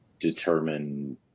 determine